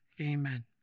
Amen